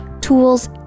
tools